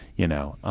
you know.